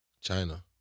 China